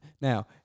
Now